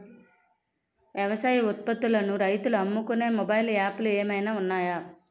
వ్యవసాయ ఉత్పత్తులను రైతులు అమ్ముకునే మొబైల్ యాప్ లు ఏమైనా ఉన్నాయా?